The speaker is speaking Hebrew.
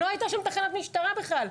לא הייתה שם תחנת משטרה בכלל.